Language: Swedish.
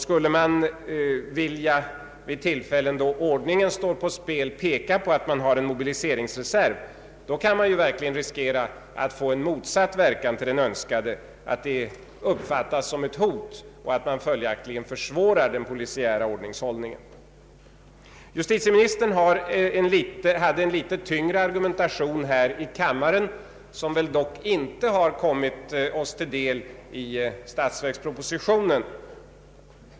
Skulle man vid tillfällen då ordningen står på spel peka på att man har en mobiliseringsreserv, kan man riskera att få en motsatt verkan mot den önskade så att det uppfattas som ett hot. Därigenom skulle man försvåra den polisiära ordningshållningen. Justitieministern hade en något tyngre argumentation här i kammaren, men denna har dock inte kommit oss till del i statsverkspropositionen.